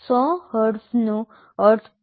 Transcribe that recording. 100 હર્ટ્ઝનો અર્થ શું છે